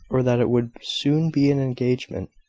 or that it would soon be an engagement.